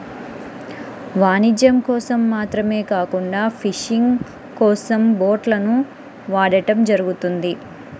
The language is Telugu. వాణిజ్యం కోసం మాత్రమే కాకుండా ఫిషింగ్ కోసం బోట్లను వాడటం జరుగుతుంది